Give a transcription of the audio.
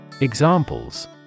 Examples